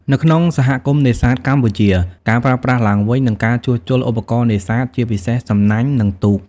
នៅក្នុងសហគមន៍នេសាទកម្ពុជា ការប្រើប្រាស់ឡើងវិញ និងការជួសជុល ឧបករណ៍នេសាទ ជាពិសេស សំណាញ់ និង ទូក។